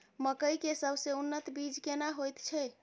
मकई के सबसे उन्नत बीज केना होयत छै?